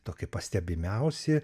tokie pastebimiausi